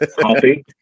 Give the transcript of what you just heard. coffee